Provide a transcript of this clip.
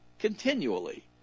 continually